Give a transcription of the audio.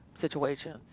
situations